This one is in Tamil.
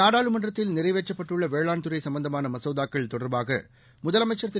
நாடாளுமன்றத்தில் நிறைவேற்றப்பட்டுள்ள வேளாண் துறை மசோதாக்கள் தொடர்பாக முதலமைச்சர் திரு